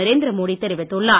நரேந்திர மோடி தெரிவித்துள்ளார்